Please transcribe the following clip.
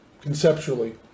conceptually